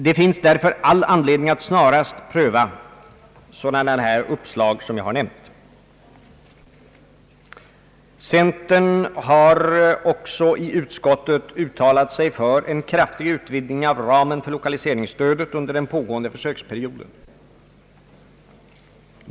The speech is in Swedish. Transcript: Det finns därför all anledning att snarast pröva sådana uppslag som jag har nämnt. Centerns representanter i utskottet har också uttalat sig för en kraftig utvidgning av ramen för lokaliseringsstödet under den pågående försöksperioden.